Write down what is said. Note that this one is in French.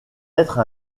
être